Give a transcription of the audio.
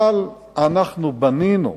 אבל אנחנו בנינו.